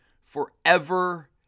forever